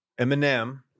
Eminem